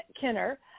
Kenner